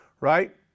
right